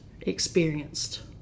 experienced